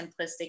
simplistic